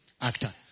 actor